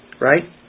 right